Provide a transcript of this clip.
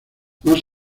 más